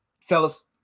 fellas